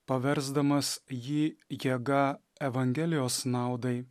paversdamas jį jėga evangelijos naudai